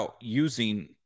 using